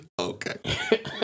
Okay